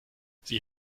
sie